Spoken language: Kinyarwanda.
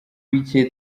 bike